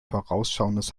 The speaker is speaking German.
vorausschauendes